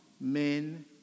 men